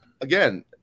again